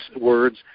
words